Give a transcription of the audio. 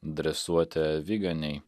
dresuoti aviganiai